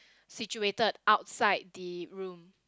situated outside the room